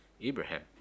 Abraham